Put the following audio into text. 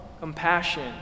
compassion